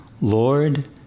Lord